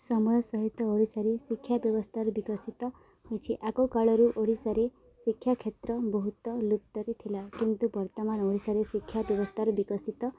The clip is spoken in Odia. ସମୟ ସହିତ ଓଡ଼ିଶାରେ ଶିକ୍ଷା ବ୍ୟବସ୍ଥାର ବିକଶିତ ହୋଇଛି ଆଗକାଳରୁ ଓଡ଼ିଶାରେ ଶିକ୍ଷା କ୍ଷେତ୍ର ବହୁତ ଲୁପ୍ତରେ ଥିଲା କିନ୍ତୁ ବର୍ତ୍ତମାନ ଓଡ଼ିଶାରେ ଶିକ୍ଷା ବ୍ୟବସ୍ଥାର ବିକଶିତ